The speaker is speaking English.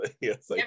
yes